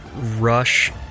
rush